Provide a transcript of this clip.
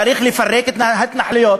צריך לפרק את ההתנחלויות.